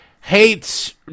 hates